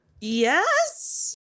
yes